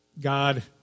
God